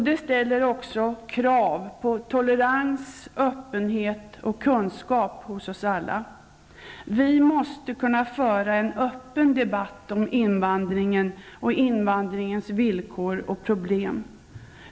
Det ställer också krav på tolerans, öppenhet och kunskap hos oss alla. Vi måste kunna föra en öppen debatt om invandringen och dess villkor och problem.